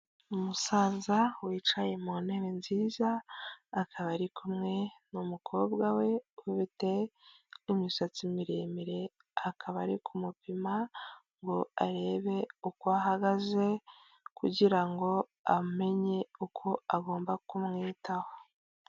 umusaza wicaye mu ntebe nziza akaba ari kumwe n'umukobwa we ufite imisatsi miremire ,akaba ari kumupima ngo arebe uko ahagaze kugira ngo amenye uko agomba kumwitaho.